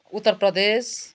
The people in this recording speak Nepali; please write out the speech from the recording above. उत्तर प्रदेश